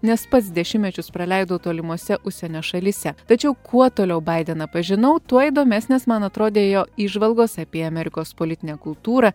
nes pats dešimtmečius praleidau tolimose užsienio šalyse tačiau kuo toliau baideną pažinau tuo įdomesnės man atrodė jo įžvalgos apie amerikos politinę kultūrą